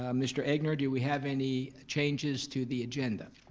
ah mr. egnor, do we have any changes to the agenda?